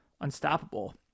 unstoppable